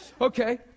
Okay